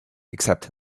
except